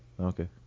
Okay